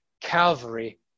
Calvary